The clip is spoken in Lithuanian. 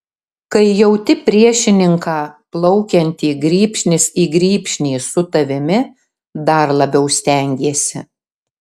kai jauti priešininką plaukiantį grybšnis į grybšnį su tavimi dar labiau stengiesi